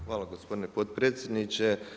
Hvala gospodine potpredsjedniče.